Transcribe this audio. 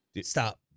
stop